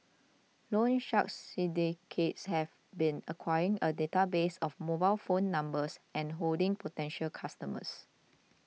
loan shark syndicates have been acquiring a database of mobile phone numbers and hounding potential customers